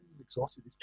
exhausted